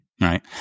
Right